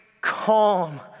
calm